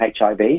HIV